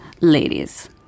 ladies